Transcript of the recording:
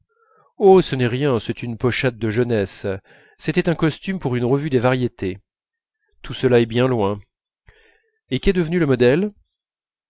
oh ce n'est rien c'est une pochade de jeunesse c'était un costume pour une revue des variétés tout cela est bien loin et qu'est devenu le modèle